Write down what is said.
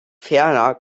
ferner